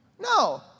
No